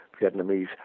Vietnamese